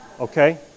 Okay